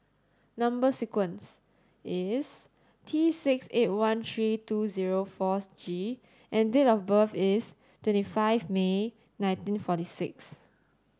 number sequence is T six eight one three two zero four G and date of birth is twenty five May nineteen forty six